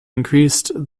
increased